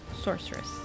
sorceress